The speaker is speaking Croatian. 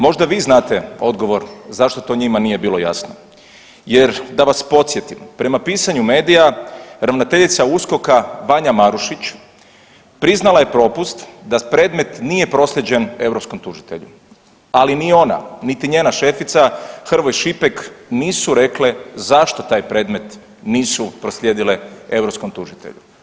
Možda vi znate odgovor zašto to njima nije bilo jasno jer da vas podsjetim, prema pisanju medija ravnateljica USKOK-a Vanja Marušić priznala je propust da predmet nije proslijeđen europskom tužitelju, ali ni ona niti njega šefica Hrvoj Šipek nisu rekle zašto taj predmet nisu proslijedile europskom tužitelju.